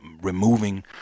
removing